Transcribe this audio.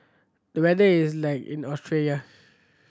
the weather is like in Australia